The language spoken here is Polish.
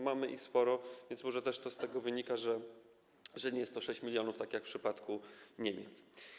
Mamy ich sporo, więc może z tego też wynika to, że nie jest to 6 mln tak jak w przypadku Niemiec.